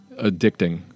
addicting